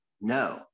No